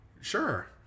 Sure